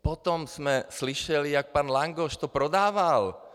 Potom jsme slyšeli, jak pan Langoš to prodával.